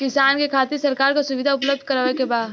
किसान के खातिर सरकार का सुविधा उपलब्ध करवले बा?